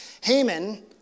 Haman